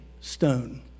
stone